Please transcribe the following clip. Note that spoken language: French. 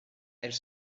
elle